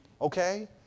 okay